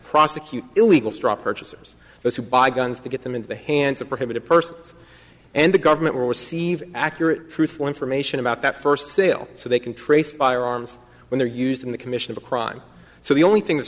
prosecute illegal straw purchasers those who buy guns to get them into the hands of prohibited persons and the government will receive accurate truthful information about that first sale so they can trace firearms when they're used in the commission of a crime so the only thing